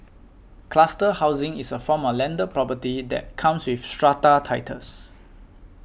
cluster housing is a form of landed property that comes with strata titles